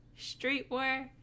streetwear